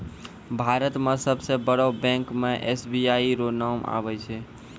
भारत मे सबसे बड़ो बैंक मे एस.बी.आई रो नाम आबै छै